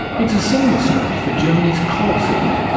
it's a similar story for germany's coal sector,